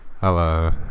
Hello